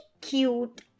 cute